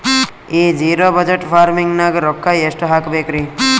ಈ zero budget farming ನಾಗ್ ರೊಕ್ಕ ಎಷ್ಟು ಹಾಕಬೇಕರಿ?